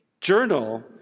journal